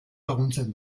laguntzen